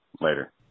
later